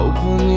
Open